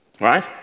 right